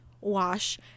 wash